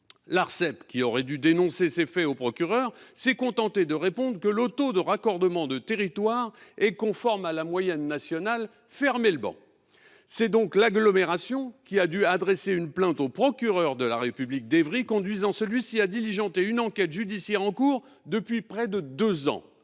L'Arcep, qui aurait dû dénoncer ces faits au procureur, s'est contentée de répondre que le taux de raccordement du territoire était conforme à la moyenne nationale. Fermez le ban ! C'est donc l'agglomération qui a dû adresser une plainte au procureur de la République d'Évry, conduisant celui-ci à diligenter une enquête judiciaire, laquelle est en cours depuis près de deux ans.